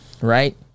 right